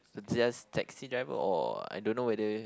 so just taxi driver or I don't know whether